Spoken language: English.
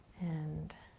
and,